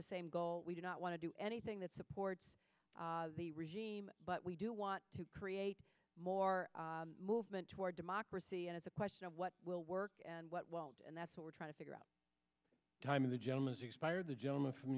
the same goal we do not want to do anything that supports the regime but we do want to create more movement toward democracy and it's a question of what will work and what won't and that's what we're trying to figure out time of the gentleman from